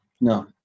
no